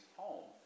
home